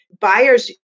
Buyers